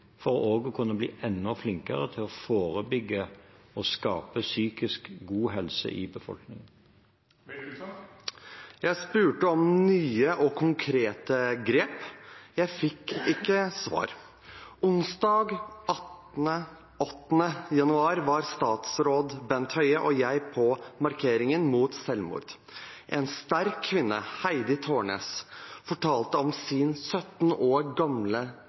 å kunne bli enda flinkere til å forebygge og skape god psykisk helse i befolkningen. Jeg spurte om nye og konkrete grep. Jeg fikk ikke svar. Onsdag 8. januar var statsråd Bent Høie og jeg på markeringen mot selvmord. En sterk kvinne, Heidi Tårnes, fortalte om sin 17 år gamle